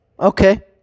Okay